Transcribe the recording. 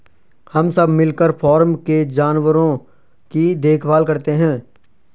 हम सब मिलकर फॉर्म के जानवरों की देखभाल करते हैं